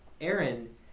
Aaron